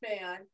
man